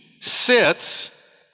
sits